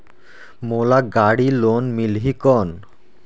मोला गाड़ी लोन मिलही कौन?